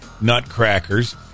nutcrackers